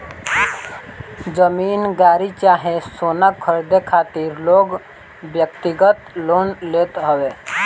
जमीन, गाड़ी चाहे सोना खरीदे खातिर लोग व्यक्तिगत लोन लेत हवे